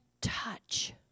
touch